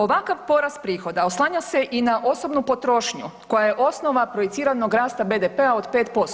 Ovakav porast prihoda oslanja se i na osobnu potrošnju koja je osnova projiciranog rasta BDP-a od 5%